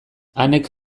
anek